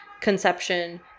conception